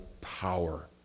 power